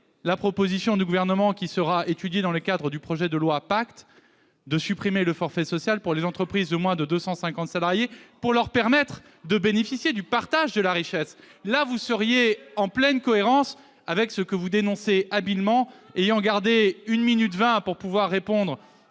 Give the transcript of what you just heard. la proposition du Gouvernement qui sera étudiée dans le cadre du projet de loi PACTE de supprimer le forfait social pour les entreprises de moins de 250 salariés afin de leur permettre de bénéficier du partage de la richesse. Là, vous seriez en pleine cohérence avec ce que vous dénoncez habilement. D'ailleurs, vous avez gardé une